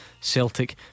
Celtic